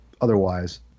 otherwise